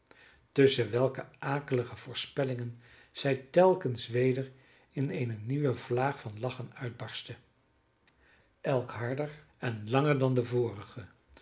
tusschen welke akelige voorspellingen zij telkens weder in eene nieuwe vlaag van lachen uitbarstte elk harder en langer dan de vorige